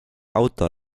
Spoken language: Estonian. auto